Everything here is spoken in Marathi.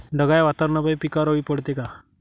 ढगाळ वातावरनापाई पिकावर अळी पडते का?